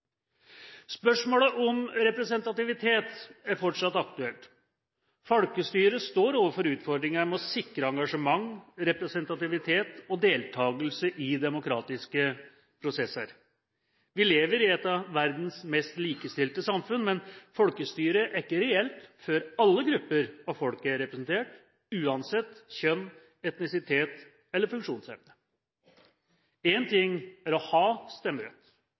Spørsmålet om representativitet er fortsatt aktuelt. Folkestyret står overfor utfordringer med å sikre engasjement, representativitet og deltakelse i demokratiske prosesser. Vi lever i et av verdens mest likestilte samfunn, men folkestyret er ikke reelt før alle grupper av folket er representert, uansett kjønn, etnisitet eller funksjonshemming. En ting er å ha stemmerett,